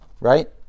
right